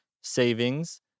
savings